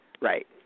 right